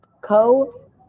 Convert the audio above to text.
co